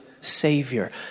Savior